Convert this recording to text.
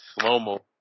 slow-mo